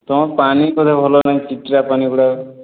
ତୁମ ପାଣି ବୋଧେ ଭଲ ନାହିଁ କିଚିଡ଼ା ପାଣିଗୁଡ଼ା